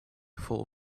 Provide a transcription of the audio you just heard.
full